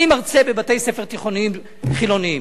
אני מרצה בבתי-ספר תיכוניים חילוניים.